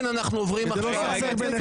ינון אזולאי משך את שלו.